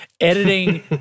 editing